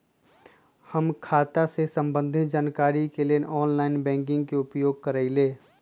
हम खता से संबंधित जानकारी के लेल ऑनलाइन बैंकिंग के उपयोग करइले